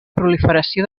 proliferació